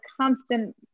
constant